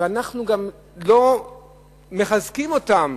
ואנחנו גם לא מחזקים אותם